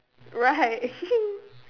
right